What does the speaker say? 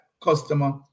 customer